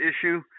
issue